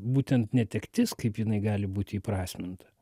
būtent netektis kaip jinai gali būti įprasminta